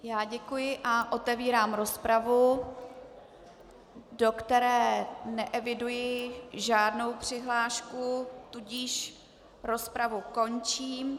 Já děkuji a otevírám rozpravu, do které neeviduji žádnou přihlášku, tudíž rozpravu končím.